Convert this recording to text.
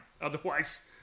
otherwise